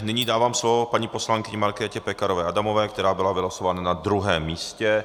Nyní dávám slovo paní poslankyni Markétě Pekarové Adamové, která byla vylosována na druhém místě.